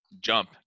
jump